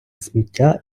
сміття